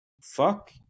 fuck